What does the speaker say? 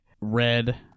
red